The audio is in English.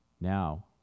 Now